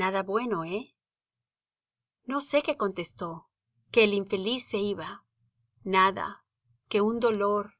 nada bueno eh no sé qué contestó que el infeliz seiba nada que un dolor